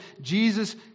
Jesus